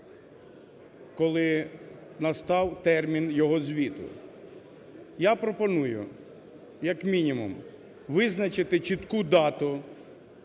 коли настав термін його звіту. Я пропоную, як мінімум визначити чітку дату